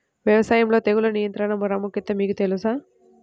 వ్యవసాయంలో తెగుళ్ల నియంత్రణ ప్రాముఖ్యత మీకు తెలుసా?